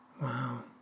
Wow